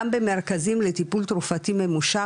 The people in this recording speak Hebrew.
גם במרכזים לטיפול תרופתי ממושך,